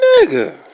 nigga